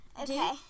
Okay